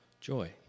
joy